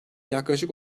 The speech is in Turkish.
yaklaşık